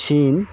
চীন